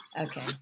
okay